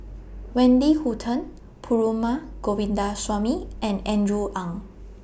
Wendy Hutton Perumal Govindaswamy and Andrew Ang